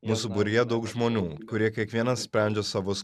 mūsų būryje daug žmonių kurie kiekvienas sprendžia savus